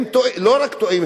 הם לא רק טועים,